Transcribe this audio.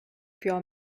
pure